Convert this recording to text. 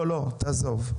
לא, עזוב.